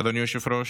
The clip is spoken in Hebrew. אדוני היושב-ראש,